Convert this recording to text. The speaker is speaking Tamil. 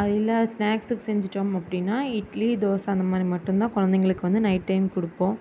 அது இல்லை ஸ்நாக்ஸ்ஸுக்கு செஞ்சுட்டோம் அப்படின்னா இட்லி தோசை அந்த மாதிரி மட்டும்தான் கொழந்தைகளுக்கு வந்து நைட் டைம் கொடுப்போம்